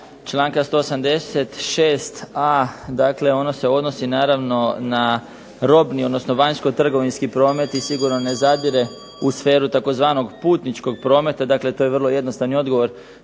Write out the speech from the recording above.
čl. 186a, dakle ono se odnosi naravno na robni, odnosno vanjsko-trgovinski promet i sigurno ne zadire u sferu tzv. putničkog prometa. Dakle, to je vrlo jednostavni odgovor